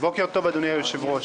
בוקר טוב אדוני היושב-ראש.